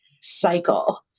cycle